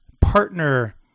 partner